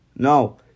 No